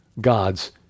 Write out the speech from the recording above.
God's